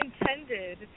intended